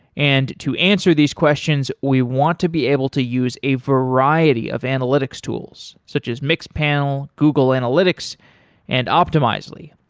and to answer these questions we want to be able to use a variety of analytics tools such as mixed panel, google analytics and optimizely.